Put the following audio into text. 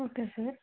okay sir